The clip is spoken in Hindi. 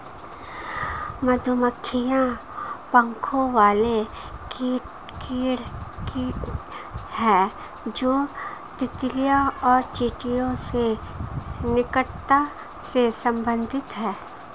मधुमक्खियां पंखों वाले कीड़े हैं जो ततैया और चींटियों से निकटता से संबंधित हैं